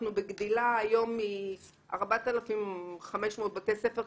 אנחנו בגדילה היום מ-4,500 בתי ספר.